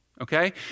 okay